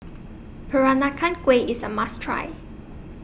Peranakan Kueh IS A must Try